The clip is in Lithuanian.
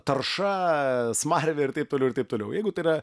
tarša smarvė ir taip toliau ir taip toliau jeigu tai yra